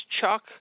Chuck